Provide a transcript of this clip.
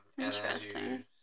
Interesting